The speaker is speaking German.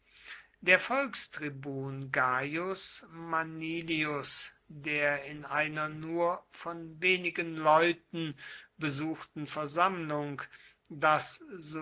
der volkstribun gaius manilius der in einer nur von wenigen leuten besuchten versammlung das